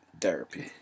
therapy